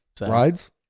Rides